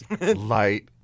light